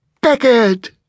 Beckett